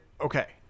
okay